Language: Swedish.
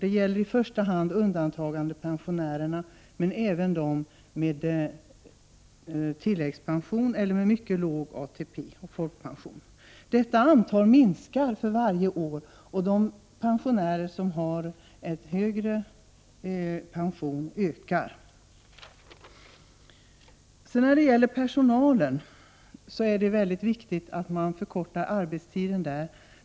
Detta gäller i första hand undantagandepensionärerna men också dem med tilläggspension eller med mycket låg ATP och folkpension. Antalet pensionärer med dessa villkor minskar för varje år, och antalet pensionärer som har högre pension ökar. Det är viktigt att personalens arbetstid förkortas.